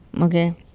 Okay